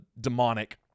demonic